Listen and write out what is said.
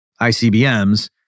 ICBMs